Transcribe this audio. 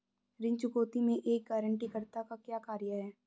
ऋण चुकौती में एक गारंटीकर्ता का क्या कार्य है?